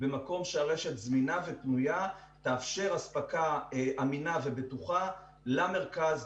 במקום שבו הרשת זמינה ופנויה ותאפשר הספקה אמינה ובטוחה למרכז,